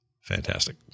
fantastic